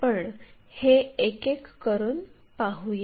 आपण हे एक एक करून पाहूया